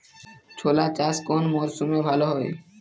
ছোলা চাষ কোন মরশুমে ভালো হয়?